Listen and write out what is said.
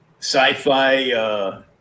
sci-fi